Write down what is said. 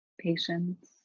patience